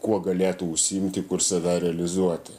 kuo galėtų užsiimti kur save realizuoti